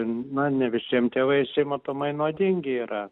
na nevisiem tie vaisiai matomai nuodingi yra